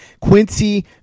Quincy